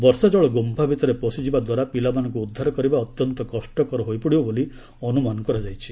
ବର୍ଷାଜଳ ଗୁମ୍ଫା ଭିତରେ ପଶିଯିବା ଦ୍ୱାରା ପିଲାମାନଙ୍କୁ ଉଦ୍ଧାର କରିବା ଅତ୍ୟନ୍ତ କଷ୍ଟକର ହୋଇପଡ଼ିବ ବୋଲି ଅନୁମାନ କରାଯାଇଛି